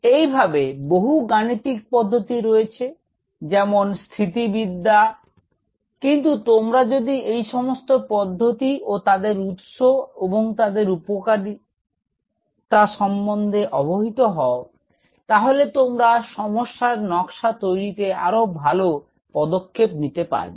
একইভাবে বহু গানিতিক পদ্ধতি রয়েছে যেমন স্থিতিবিদ্যা কিন্তু যদি তোমরা এই সমস্ত পদ্ধতি ও তাদের উৎস এবং তাদের উপযোগিতা সম্পর্কে অবহিত হও তাহলে তোমরা সমস্যার নকশা তৈরিতে আরও ভাল পদক্ষেপ নিতে পারবে